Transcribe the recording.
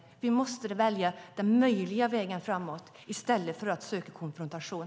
Vi måste välja den möjliga vägen framåt i stället för att söka konfrontation.